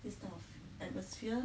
this type of atmosphere